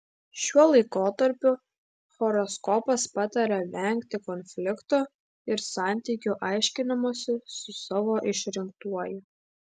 šiuo laikotarpiu horoskopas pataria vengti konfliktų ir santykių aiškinimosi su savo išrinktuoju